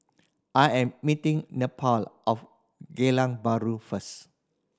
I am meeting Neppie of Geylang Bahru first